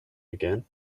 again